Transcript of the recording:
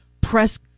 press